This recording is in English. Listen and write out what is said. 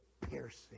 piercing